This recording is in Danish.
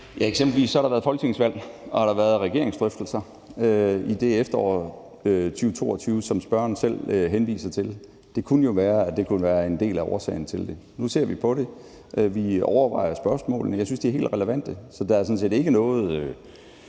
Eksempelvis har der været folketingsvalg, og der har været regeringsdrøftelser i efteråret 2022, som spørgeren selv henviser til. Det kunne jo være, at det kunne være en del af årsagen til det. Nu ser vi på det. Vi overvejer spørgsmålene. Jeg synes, de er helt relevante, så på den måde er der sådan set ikke noget